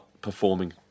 performing